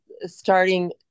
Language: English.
starting